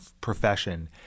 profession